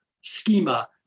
schema